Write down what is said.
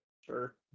sure